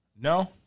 No